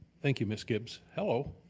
thank you ms. gibbs. hello,